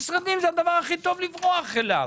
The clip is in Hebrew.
משרד הבריאות,